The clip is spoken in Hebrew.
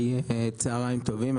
צוהריים טובים,